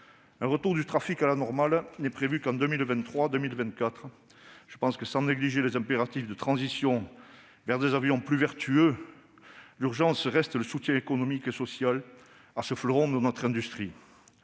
un retour du trafic à la normale n'est prévu qu'en 2023-2024. Sans négliger les impératifs de transition vers des avions plus vertueux, je pense que l'urgence reste le soutien économique et social à ce fleuron de notre industrie.